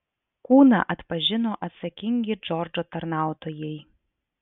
kūną atpažino atsakingi džordžo tarnautojai